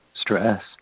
stress